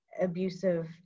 abusive